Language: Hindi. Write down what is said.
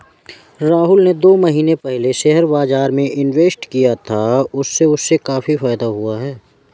राहुल ने दो महीने पहले शेयर बाजार में इन्वेस्ट किया था, उससे उसे काफी फायदा हुआ है